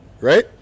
Right